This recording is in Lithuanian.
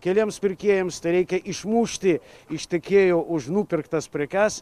keliems pirkėjams tai reikia išmušti iš tiekėjo už nupirktas prekes